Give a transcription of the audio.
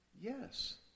yes